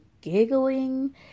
giggling